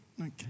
Okay